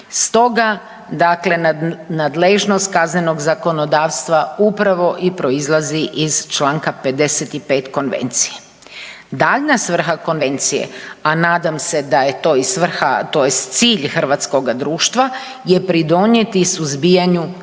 Stoga nadležnost kaznenog zakonodavstva upravo i proizlazi iz čl. 55. konvencije. Daljnja svrha konvencije, a nadam se da je to i svrha tj. cilj hrvatskoga društva je pridonijeti suzbijanju svih